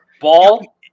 ball